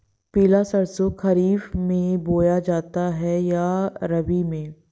पिला सरसो खरीफ में बोया जाता है या रबी में?